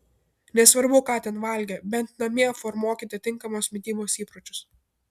nesvarbu ką ten valgė bent namie formuokite tinkamos mitybos įpročius